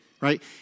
right